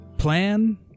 Plan